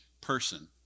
person